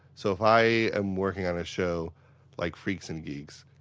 so if i am working on a show like freaks and geeks,